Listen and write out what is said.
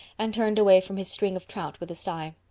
and turned away from his string of trout with a sigh.